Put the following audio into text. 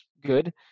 good